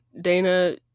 Dana